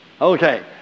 Okay